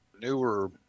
newer